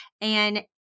And-